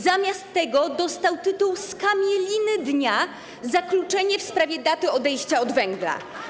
Zamiast tego dostał tytuł skamieliny dnia za kluczenie w sprawie daty odejścia od węgla.